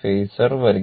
phasor വരയ്ക്കുക